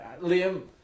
Liam